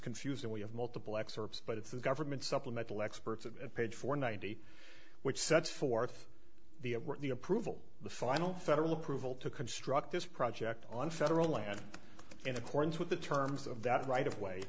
confusing we have multiple excerpts but it's the government supplemental experts at page four ninety which sets forth the it work the approval the final federal approval to construct this project on federal land in accordance with the terms of that right of way